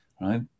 Right